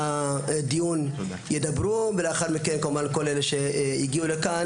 הדיון ידברו ולאחר מכן כמובן כל אלה שהגיעו לכאן,